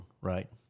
right